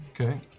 Okay